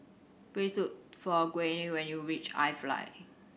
please look for Gwyneth when you reach iFly